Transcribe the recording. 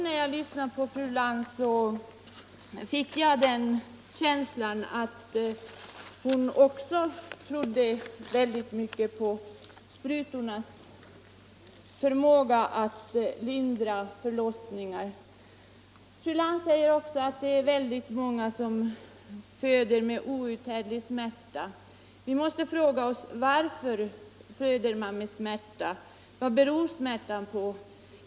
När jag lyssnade på fru Lantz fick jag känslan att hon också trodde mycket på sprutornas förmåga att lindra förlossningar. Fru Lantz säger att många kvinnor föder med outhärdlig smärta. Vi måste fråga: Varför föder man med smärta? Vad beror smärtan på?